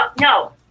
No